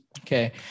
Okay